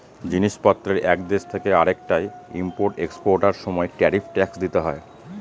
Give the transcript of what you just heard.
জিনিস পত্রের এক দেশ থেকে আরেকটায় ইম্পোর্ট এক্সপোর্টার সময় ট্যারিফ ট্যাক্স দিতে হয়